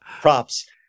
props